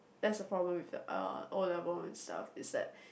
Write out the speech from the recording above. that's the problem with the uh O-level itself is that